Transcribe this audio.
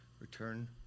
Return